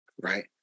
right